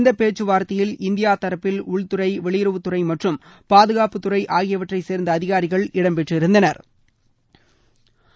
இந்தப் பேச்சுவார்த்தையில் இந்தியா தரப்பில் உள்துறை வெளியுறவுத் துறை மற்றும் பாதுகாப்புத் துறை ஆகியவற்றை சோ்ந்த அதிகாரிகள் இடம் பெற்றிருந்தனா்